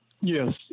Yes